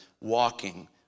walking